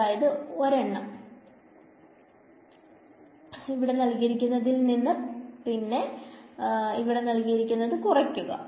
അതായത് ഒരെണ്ണം ഇൽ നിന്ന് പിന്നെ കുറക്കുക